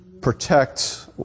protect